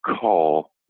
call